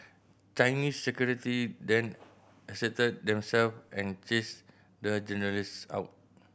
Chinese security then asserted them self and chased the journalists out